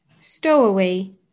stowaway